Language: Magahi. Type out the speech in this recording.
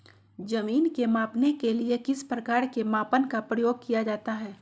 जमीन के मापने के लिए किस प्रकार के मापन का प्रयोग किया जाता है?